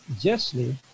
justly